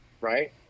right